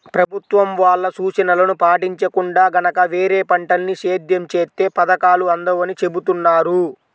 ప్రభుత్వం వాళ్ళ సూచనలను పాటించకుండా గనక వేరే పంటల్ని సేద్యం చేత్తే పథకాలు అందవని చెబుతున్నారు